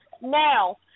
now